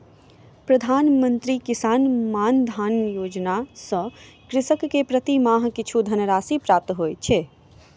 प्रधान मंत्री किसान मानधन योजना सॅ कृषक के प्रति माह किछु धनराशि प्राप्त होइत अछि